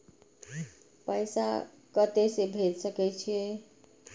पैसा कते से भेज सके छिए?